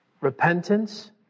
repentance